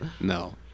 No